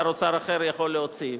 שר אוצר אחר יכול להוציא,